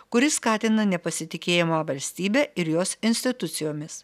kuri skatina nepasitikėjimą valstybe ir jos institucijomis